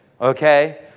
okay